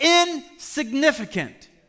insignificant